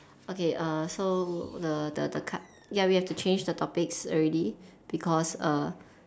okay err so the the the card ya we have to change the topics already because err